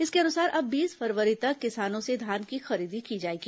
इसके अनुसार अब बीस फरवरी तक किसानों से धान की खरीदी की जाएगी